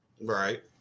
Right